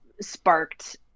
sparked